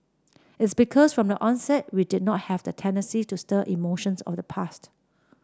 it's because from the onset we did not have the tendency to stir emotions of the past